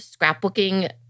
scrapbooking